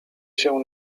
się